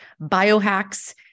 biohacks